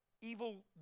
evil